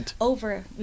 over